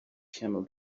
camel